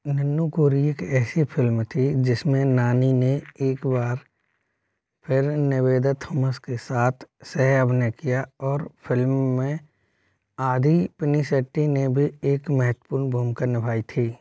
निन्नु कोरी एक ऐसी फिल्म थी जिसमें नानी ने एक बार फिर निवेदा थॉमस के साथ सह अभिनय किया और फिल्म में आदि पिनिसेट्टी ने भी एक महत्वपूर्ण भूमिका निभाई थी